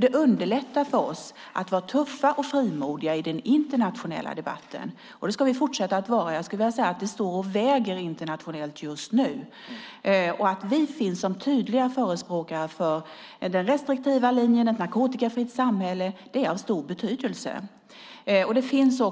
Det underlättar för oss att vara tuffa och frimodiga i den internationella debatten. Det ska vi fortsätta med att vara. Jag skulle vilja säga att det står och väger internationellt just nu. Att vi finns som tydliga förespråkare för den restriktiva linjen, ett narkotikafritt samhälle, har stor betydelse. Det finns